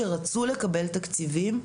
שרצו לקבל תקציבים,